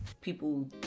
people